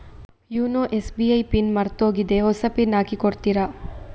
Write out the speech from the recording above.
YONO SBI ನ PIN ಮರ್ತೋಗಿದೆ ಹೊಸ ಪಿನ್ ಹಾಕಿ ಕೊಡ್ತೀರಾ?